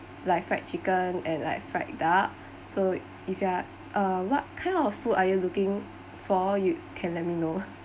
like fried chicken and like fried duck so if you are uh what kind of food are you looking for you can let me know